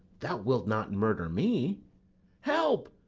thou wilt not murder me help,